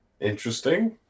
interesting